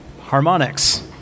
harmonics